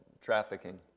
trafficking